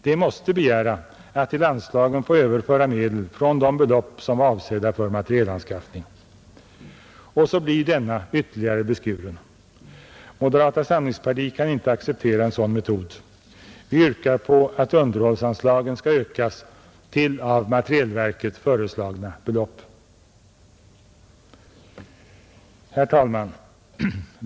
De måste begära att till anslagen få överföra medel från de belopp som var avsedda för materielanskaffning. Och så blir denna ytterligare beskuren. Moderata samlingspartiet kan inte acceptera en sådan metod. Vi yrkar att underhållsanslagen skall ökas till av materielverket föreslagna belopp. Herr talman!